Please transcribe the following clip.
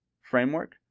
framework